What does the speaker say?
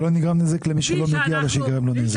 שלא נגרם נזק למי שלא מגיע לו שייגרם לו נזק.